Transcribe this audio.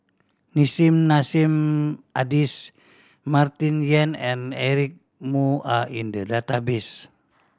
Nissim Nassim Adis Martin Yan and Eric Moo are in the database